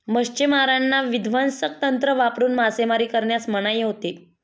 मच्छिमारांना विध्वंसक तंत्र वापरून मासेमारी करण्यास मनाई होती